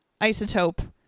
isotope